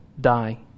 die